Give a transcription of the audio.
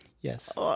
Yes